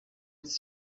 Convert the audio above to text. its